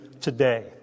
today